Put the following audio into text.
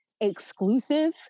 exclusive